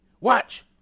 Watch